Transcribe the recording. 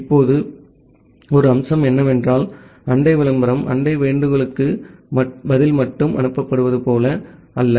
இப்போது ஒரு அம்சம் என்னவென்றால் அண்டை விளம்பரம் அண்டை வேண்டுகோளுக்கு பதில் மட்டுமே அனுப்பப்படுவது போல அல்ல